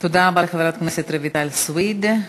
תודה רבה לחברת הכנסת רויטל סויד.